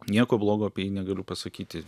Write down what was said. nieko blogo apie jį negaliu pasakyti